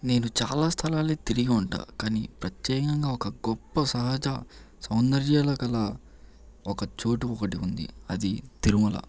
నేను చాలా స్థలాలకి తిరిగి ఉంటాను కానీ ప్రత్యేకంగా ఒక గొప్ప సహజ సౌందర్యం గల ఒక చోటు ఒకటి ఉంది అది తిరుమల